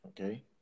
Okay